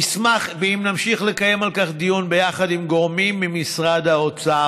אשמח אם נמשיך לקיים על כך דיון עם גורמים ממשרד האוצר,